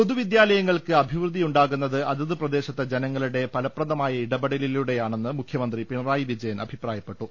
പൊതുവിദ്യാലയങ്ങൾക്ക് അഭിവൃദ്ധിയുണ്ടാകുന്നത് അതത് പ്രദേ ശത്തെ ജനങ്ങളുടെ ഫലപ്രദമായ ഇടപെടലിലൂടെയാണെന്ന് മുഖ്യ മന്ത്രി പിണറായി വിജയൻ അഭിപ്രായപ്പെട്ടു